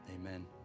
amen